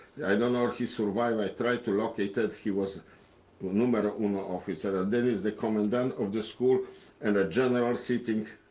i don't know if he survived. i try to locate it. he was numero uno officer. and then is the commandant of the school and a general sitting,